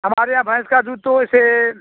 हमारे यहाँ भैंस का दूध तो वैसे